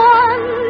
one